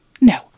No